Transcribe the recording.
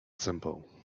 simple